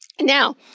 now